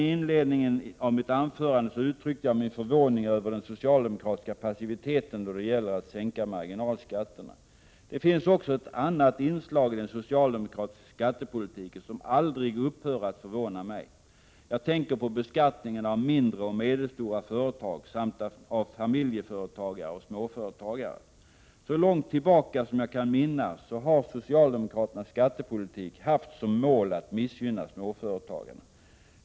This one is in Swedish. I inledningen till mitt anförande uttryckte jag min förvåning över den socialdemokratiska passiviteten då det gäller att sänka marginalskatterna. Det finns också ett annat inslag i den socialdemokratiska skattepolitiken som aldrig upphör att förvåna mig. Jag tänker på beskattningen av mindre och medelstora företag samt av familjeföretagare och småföretagare. Så långt tillbaka som jag kan minnas har socialdemokraternas skattepolitik haft som mål att missgynna småföretagarna.